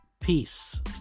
Peace